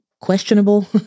questionable